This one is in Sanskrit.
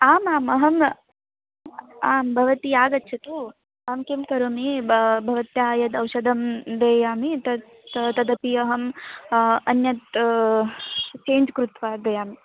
आम् आम् अहम् आं भवती आगच्छतु अहं किं करोमि ब भवत्याः यद् औषधं देयामि तत् तदपि अहं अन्यत् चेञ्ज् कृत्वा देयामि